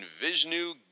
Vishnu